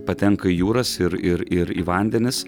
patenka į jūras ir ir ir į vandenis